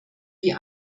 wie